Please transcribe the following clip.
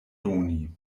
doni